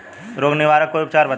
रोग निवारन कोई उपचार बताई?